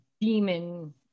demon